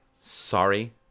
sorry